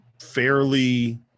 fairly